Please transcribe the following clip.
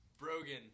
Brogan